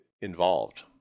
involved